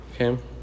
Okay